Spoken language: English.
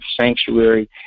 sanctuary